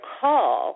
call